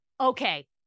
Okay